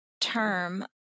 term